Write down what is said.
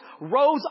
Rose